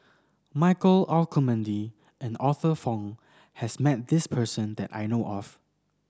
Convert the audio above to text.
Michael Olcomendy and Arthur Fong has met this person that I know of